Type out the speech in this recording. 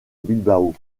bilbao